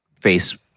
face